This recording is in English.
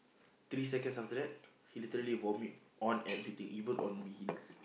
three seconds after that he literally vomit on everything even on me